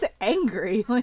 angry